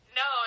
no